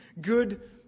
good